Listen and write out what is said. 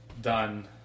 done